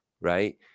right